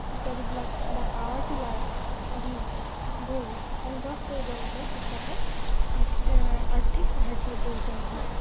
ইত্যাদিবিলাক বা power tiller আদিবোৰ সংগ্ৰহ কৰিবৰ বাবে কৃষকক আৰ্থিক আৰ্থিক সাহায্যৰ প্ৰয়োজন হয়